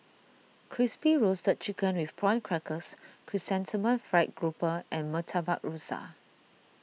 Crispy Roasted Chicken with Prawn Crackers Chrysanthemum Fried Grouper and Murtabak Rusa